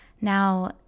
Now